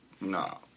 no